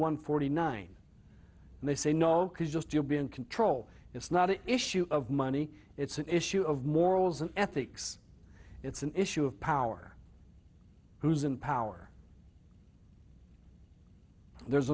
one forty nine and they say no just you'll be in control it's not an issue of money it's an issue of morals and ethics it's an issue of power who's in power there's